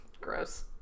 Gross